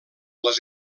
les